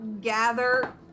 gather